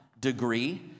degree